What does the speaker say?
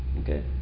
Okay